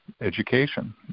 education